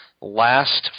last